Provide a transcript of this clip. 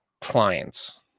clients